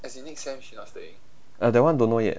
uh that [one] don't know yet